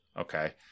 Okay